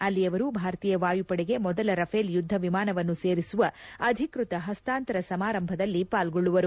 ಅಲ್ಲಿ ಅವರು ಭಾರತೀಯ ವಾಯುಪಡೆಗೆ ಮೊದಲ ರಫೇಲ್ ಯುದ್ದ ವಿಮಾನವನ್ನು ಸೇರಿಸುವ ಅಧಿಕೃತ ಹಸ್ತಾಂತರ ಸಮಾರಂಭದಲ್ಲಿ ಪಾರ್ಗೊಳ್ಳುವರು